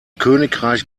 königreich